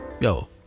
Yo